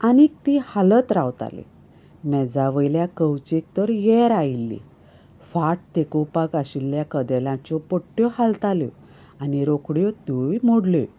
आनीक तीं हालत रावतालीं मेजावयल्या कवचेक तर येर आयिल्ली फाट तेकोवपाक आशिल्लें कदेलांच्यो पट्ट्यो हालताल्यो आनी रोखड्योच त्योवूय मोडल्यो